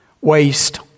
waste